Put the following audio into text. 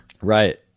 Right